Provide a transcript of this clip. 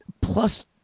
plus